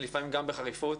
לפעמים גם בחריפות,